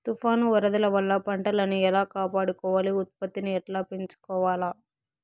తుఫాను, వరదల వల్ల పంటలని ఎలా కాపాడుకోవాలి, ఉత్పత్తిని ఎట్లా పెంచుకోవాల?